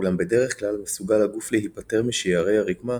אולם בדרך כלל מסוגל הגוף להיפטר משיירי הרקמה